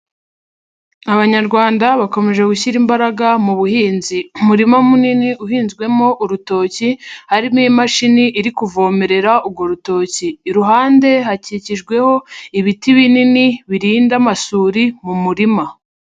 Abanyarwanda bakomeje gushyira imbaraga mu buhinzi, umurima munini uhinzwemo urutoki harimo imashini iri kuvomerera urwo rutoki, iruhande hakikijweho ibiti binini birinda amasuri mu murima.